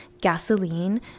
gasoline